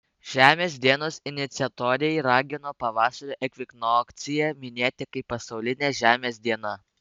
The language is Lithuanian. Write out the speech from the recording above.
žemės dienos iniciatoriai ragino pavasario ekvinokciją minėti kaip pasaulinę žemės dieną